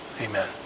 Amen